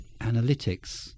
analytics